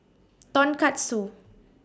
Tonkatsu